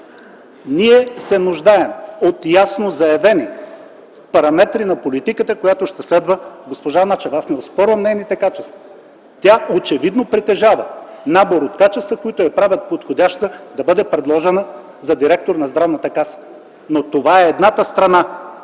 Ние се нуждаем от ясно заявени параметри на политиката, която ще следва госпожа Начева. Аз не оспорвам нейните качества. Тя очевидно притежава набор от качества, които я правят подходяща да бъде предложена за директор на Здравната каса, но това е едната страна